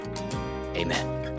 Amen